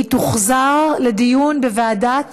התשע"ט 2018, לוועדת